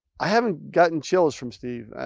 i haven't gotten chills from steve. i